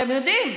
אתם יודעים.